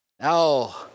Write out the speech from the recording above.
Now